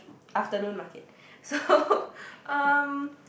afternoon market so um